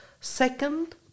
Second